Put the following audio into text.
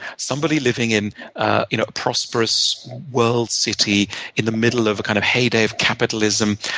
somebody living in a you know prosperous world city in the middle of a kind of heyday of capitalism,